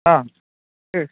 ಹಾಂ ಹೇಳ್